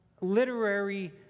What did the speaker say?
literary